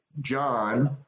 John